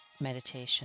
meditation